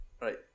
Right